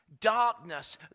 darkness